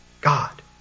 God